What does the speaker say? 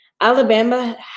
Alabama